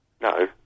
No